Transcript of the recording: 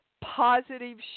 positive